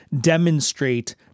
demonstrate